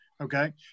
okay